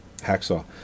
Hacksaw